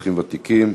אזרחים ותיקים.